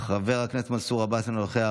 חבר הכנסת חילי טרופר, אינו נוכח,